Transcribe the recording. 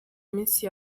minsi